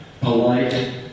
polite